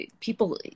people